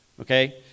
Okay